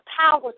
power